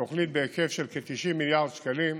תוכנית בהיקף של כ-90 מיליארד שקלים,